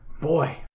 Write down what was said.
Boy